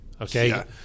okay